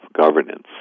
governance